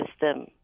system